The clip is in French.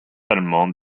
allemand